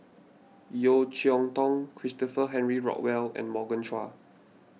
Yeo Cheow Tong Christopher Henry Rothwell and Morgan Chua